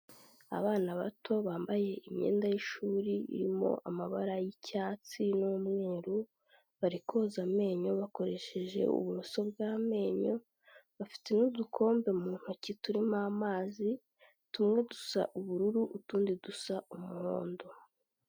Abana bato bambaye imyenda y'ishuri irimo amabara y'icyatsi n'umweru, bari koza amenyo bakoresheje uburoso bw'amenyo, bafite n'udukombe mu ntoki turimo amazi, tumwe Dusa ubururu, utundi dusa umuhondo.